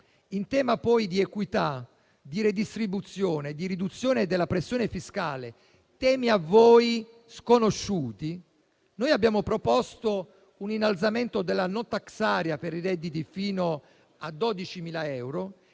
In tema poi di equità, di redistribuzione e di riduzione della pressione fiscale, temi a voi sconosciuti, abbiamo proposto un innalzamento della *no tax area* per i redditi fino a 12.000 euro